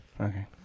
Okay